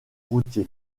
routiers